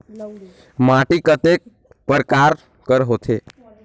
माटी कतेक परकार कर होथे?